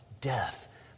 Death